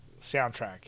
Soundtrack